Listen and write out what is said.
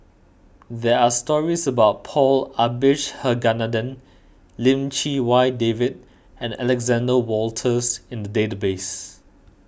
there are stories about Paul Abisheganaden Lim Chee Wai David and Alexander Wolters in the database